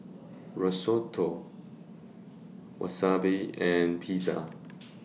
Risotto Wasabi and Pizza